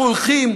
אנחנו הולכים